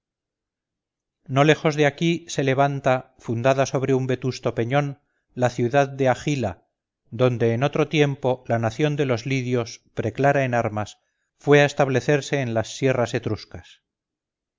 no lejos de aquí se levanta fundada sobre un vetusto peñón la ciudad de agila donde en otro tiempo la nación de los lidios preclara en armas fue a establecerse en las sierras